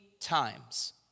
times